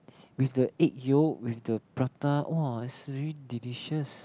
with the egg yolk with the prata whoa is really delicious